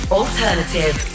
alternative